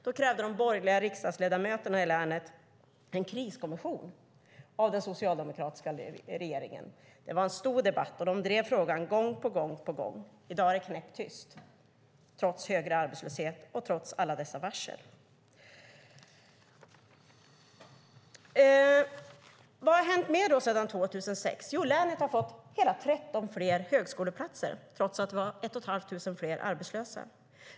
Då krävde de borgerliga riksdagsledamöterna i länet en kriskommission av den socialdemokratiska regeringen. Det var en stor debatt, och de drev frågan gång på gång. I dag är det knäpptyst, trots högre arbetslöshet och trots alla dessa varsel. Vad har hänt mer sedan 2006? Jo, länet har fått 13 fler högskoleplatser, trots att det är 1 500 fler arbetslösa.